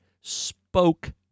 spoke